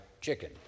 chicken